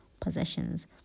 possessions